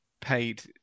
paid